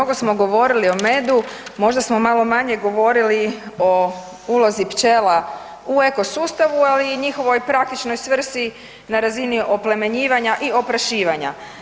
Mnogo smo govorili o medu, možda smo malo manje govorili o ulozi pčela u eko sustavu ali i njihovoj praktičnoj svrsi na razini oplemenjivanja i oprašivanja.